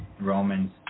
Romans